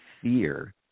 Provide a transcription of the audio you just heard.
fear